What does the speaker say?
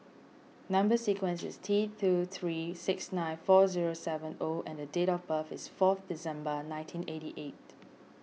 Number Sequence is T two three six nine four zero seven O and date of birth is four December nineteen eighty eight